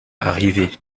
arrivée